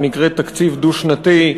שנקראת תקציב דו-שנתי,